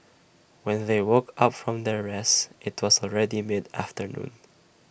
when they woke up from their rest IT was already mid afternoon